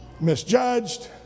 misjudged